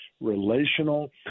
relational